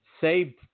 say